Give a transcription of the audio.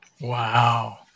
Wow